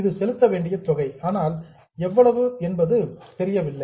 இது செலுத்த வேண்டிய தொகை ஆனால் எவ்வளவு என்பது தெரியவில்லை